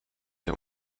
der